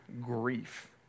grief